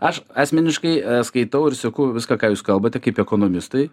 aš asmeniškai skaitau ir seku viską ką jūs kalbate kaip ekonomistai